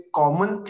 common